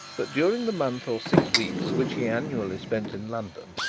but during the month or six weeks which he annually spent in london,